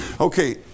Okay